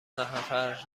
نفر